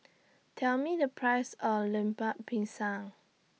Tell Me The Price of Lemper Pisang